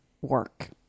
work